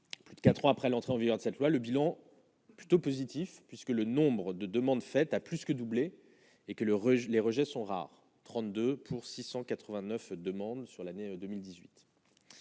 plus de 4 ans après l'entrée en vigueur de cette loi, le bilan plutôt positif puisque le nombre de demandes faites a plus que doublé et que le les rejets sont rares 32 pour 689 demandes sur l'année 2018,